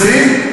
20?